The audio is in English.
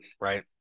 right